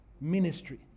ministry